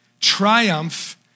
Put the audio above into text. triumph